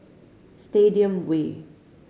Stadium Way